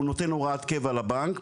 הוא נותן הוראת קבע לבנק,